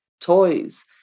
toys